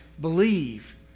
Believe